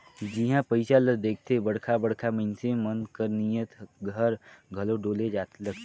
जिहां पइसा ल देखथे बड़खा बड़खा मइनसे मन कर नीयत हर घलो डोले लगथे